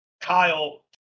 Kyle